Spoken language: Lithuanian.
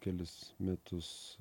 kelis metus